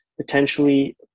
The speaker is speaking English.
potentially